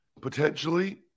potentially